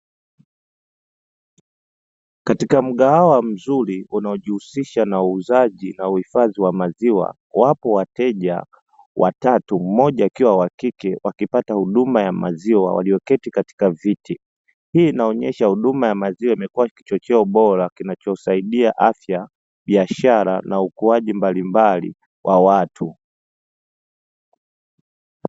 Katika mgahawa mzuri unaojihusisha na uuzaji na uhifadhi wa maziwa wapo wateja watatu mmoja akiwa wa kike wakipata huduma ya maziwa walioketi katika viti, hii inaonyesha huduma ya maziwa imekuwa kichocheo ubora kinachosaidia afya, biashara na ukuaji mbalimbali kwa watu.